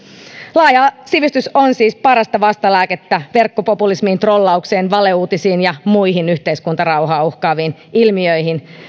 laaja sivistys on siis parasta vastalääkettä verkkopopulismiin trollaukseen valeuutisiin ja muihin yhteiskuntarauhaa uhkaaviin ilmiöihin